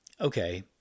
Okay